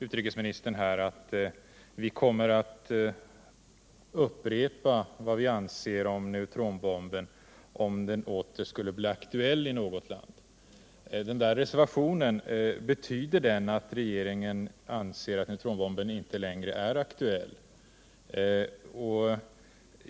Utrikesministern sade att vi kommer att upprepa vad vi anser om neutronbomben, om den åter skulle bli aktuell i något land. Betyder den reservationen att regeringen anser att neutronbomben inte längre är aktuell?